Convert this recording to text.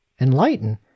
enlighten